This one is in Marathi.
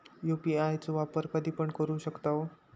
यू.पी.आय चो वापर कधीपण करू शकतव?